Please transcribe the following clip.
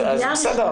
בסדר,